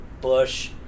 bush